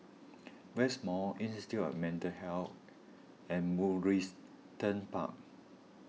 West Mall Institute of Mental Health and Mugliston Park